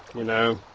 you know,